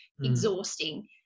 exhausting